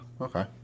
okay